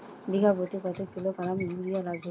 বিঘাপ্রতি কত kilogram urea লাগবে?